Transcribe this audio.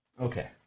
Okay